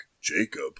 Jacob